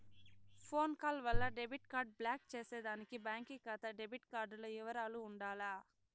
phone call వల్ల debit card block చేసేదానికి బాంకీ కాతా డెబిట్ కార్డుల ఇవరాలు ఉండాల